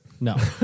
No